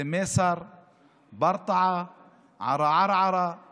ובמקומו הם החליפו את סוכנות הדואר הזאת בארבעה מרכזי מסירה,